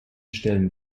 stellen